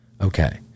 Okay